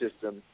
system